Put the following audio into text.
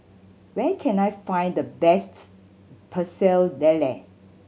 where can I find the best Pecel Lele